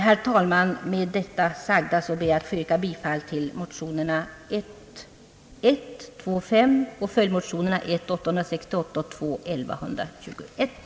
Herr talman! Med det sagda kommer jag att yrka bifall till motionerna I:1 och II:3 samt följdmotionerna T1:868 och II: 1121.